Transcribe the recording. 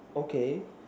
okay